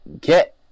get